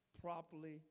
properly